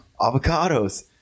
avocados